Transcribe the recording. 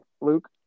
Luke